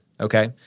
Okay